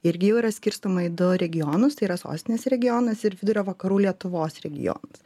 irgi jau yra skirstoma į du regionus tai yra sostinės regionas ir vidurio vakarų lietuvos regionas